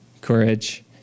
courage